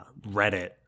reddit